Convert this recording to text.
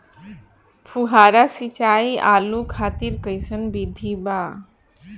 फुहारा सिंचाई आलू खातिर कइसन विधि बा?